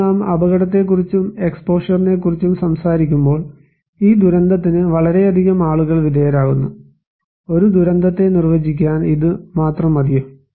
ഇപ്പോൾ നാം അപകടത്തെക്കുറിച്ചും എക്സ്പോഷറിനെക്കുറിച്ചും സംസാരിക്കുമ്പോൾ ഈ ദുരന്തത്തിന് വളരെയധികം ആളുകൾ വിധേയരാകുന്നു ഒരു ദുരന്തത്തെ നിർവചിക്കാൻ ഇത് മാത്രം മതിയോ